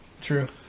True